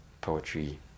poetry